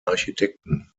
architekten